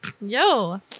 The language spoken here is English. Yo